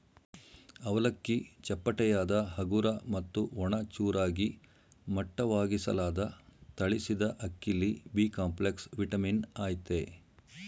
ಅವಲಕ್ಕಿ ಚಪ್ಪಟೆಯಾದ ಹಗುರ ಮತ್ತು ಒಣ ಚೂರಾಗಿ ಮಟ್ಟವಾಗಿಸಲಾದ ತಳಿಸಿದಅಕ್ಕಿಲಿ ಬಿಕಾಂಪ್ಲೆಕ್ಸ್ ವಿಟಮಿನ್ ಅಯ್ತೆ